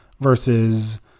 versus